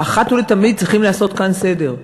שאחת ולתמיד צריכים לעשות כאן סדר.